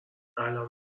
الان